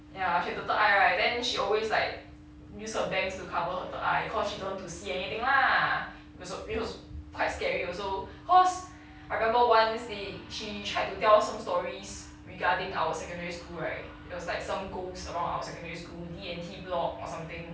ya she have the third eye right then she always like use her bangs to cover her third eye cause she don't want to see anything lah because because it was quite scary also cause I remember one day she tried to tell us some stories regarding our secondary school right it was like some ghost around our secondary school D&T block or something